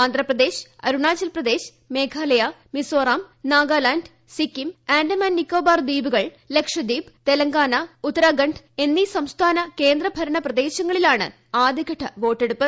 ആന്ധ്രപ്രദേശ് അരുണാചൽ പ്രദേശ് മേഘാലയ മിസോറാം നാഗാലാന്റ് സിക്കിം ആന്റമാൻ നിക്കോബാർ ലക്ഷദ്വീപ് തെലങ്കാന ഉത്തരാഖണ്ഡ് എന്നീ സംസ്ഥാന കേന്ദ്രഭരണ പ്രദേശങ്ങളിലാണ് ആദ്യഘട്ട വോട്ടെടുപ്പ്